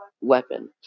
weapon